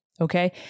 Okay